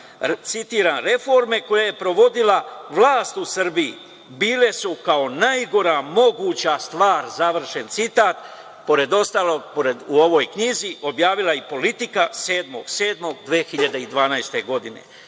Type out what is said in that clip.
komisija reforme koje je provodila vlast u Srbiji bile su kao najgora moguća stvar“, završen citat. Pored ostalog u ovoj knjizi objavila je i „Politika“ 7.7.2012. godine.